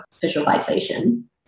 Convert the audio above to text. visualization